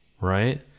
right